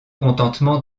contentement